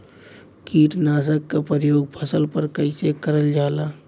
कीटनाशक क प्रयोग फसल पर कइसे करल जाला?